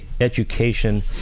education